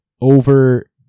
over